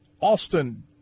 Austin